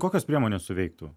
kokios priemonės suveiktų